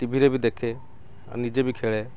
ଟିଭିରେ ବି ଦେଖେ ଆଉ ନିଜେ ବି ଖେଳେ